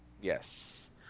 Yes